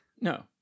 No